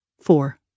Four